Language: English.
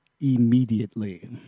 immediately